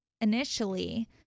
initially